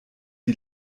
die